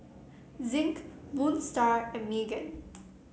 Zinc Moon Star and Megan